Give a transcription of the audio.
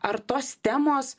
ar tos temos